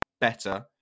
better